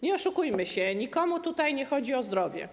Nie oszukujmy się, nikomu tutaj nie chodzi o zdrowie.